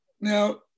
now